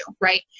Right